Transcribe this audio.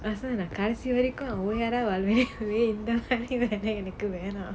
சொன்னான் நான் கடைசி வரைக்கும்:sonnan naan kadaisi varaikum இது எனக்கு வேணாம்:ithu ennakku venaam